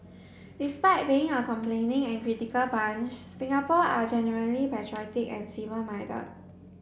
despite being a complaining and critical bunch Singapore are generally patriotic and civic minded